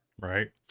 Right